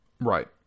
Right